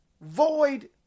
void